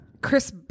Chris